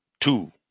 two